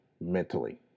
mentally